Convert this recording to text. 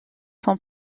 sont